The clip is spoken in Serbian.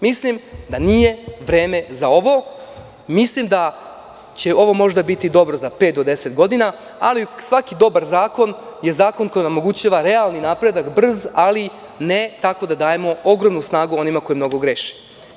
Mislim da će ovo možda biti dobro za pet do 10 godina, ali svaki dobar zakon je zakon koji omogućava realni napredak, brz, ali ne tako da dajemo ogromnu snagu onima koji mnogo greše.